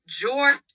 George